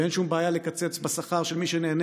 ואין שום בעיה לקצץ בשכר של מי שנהנה